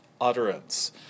utterance